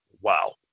wow